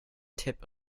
tip